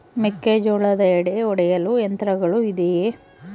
ಮೆಕ್ಕೆಜೋಳದ ಎಡೆ ಒಡೆಯಲು ಯಂತ್ರಗಳು ಇದೆಯೆ?